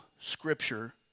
Scripture